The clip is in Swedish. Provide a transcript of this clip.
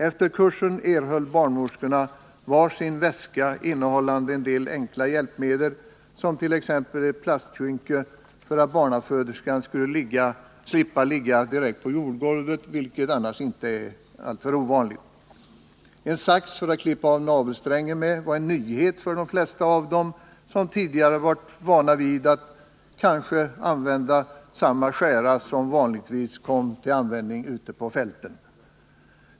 Efter kursen erhöll barnmorskorna var sin väska innehållande en del enkla hjälpmedel, som t.ex. ett plastskynke, för att barnaföderskan skulle slippa ligga direkt på jordgolvet, vilket annars inte är alltför ovanligt. En sax för att klippa av navelsträngen med var en nyhet för de flesta av dem, som tidigare varit vana vid att använda t.ex. samma skära som vanligtvis kom till användning ute på fälten.